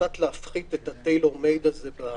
קצת להפחית את הטיילור מייד הזה.